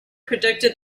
predicted